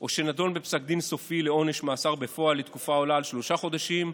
או שנדון בפסק דין סופי לעונש מאסר בפועל לתקופה העולה על שלושה חודשים,